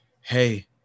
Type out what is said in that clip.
Hey